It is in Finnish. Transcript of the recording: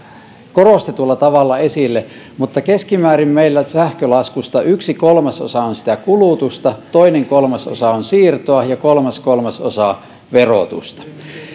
korostetulla tavalla esille mutta keskimäärin meillä sähkölaskusta yksi kolmasosa on sitä kulutusta toinen kolmasosa on siirtoa ja kolmas kolmasosa verotusta